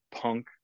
punk